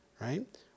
Right